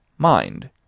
Mind